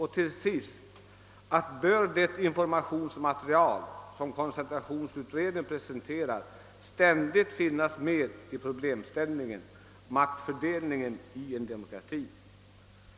Vidare måste det informationsmaterial som koncentrationsutredningen presenterat ständigt finnas med i problemställningen maktfördelning i en demokrati.